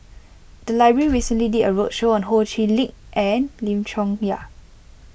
the library recently did a roadshow on Ho Chee Lick and Lim Chong Yah